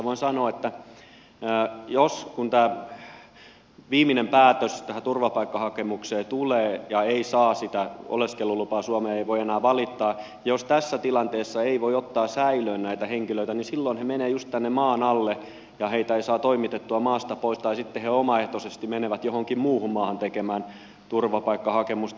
voin sanoa että kun tämä viimeinen päätös tähän turvapaikkahakemukseen tulee ja ei saa sitä oleskelulupaa suomeen eikä voi enää valittaa niin jos tässä tilanteessa ei voi ottaa säilöön näitä henkilöitä niin silloin he menevät just tänne maan alle ja heitä ei saa toimitettua maasta pois tai sitten he omaehtoisesti menevät johonkin muuhun maahan tekemään turvapaikkahakemusta